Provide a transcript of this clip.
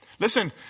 Listen